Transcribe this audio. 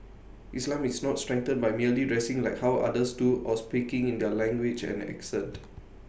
islam is not strengthened by merely dressing like how others do or speaking in their language and accent